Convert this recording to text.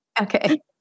Okay